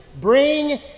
Bring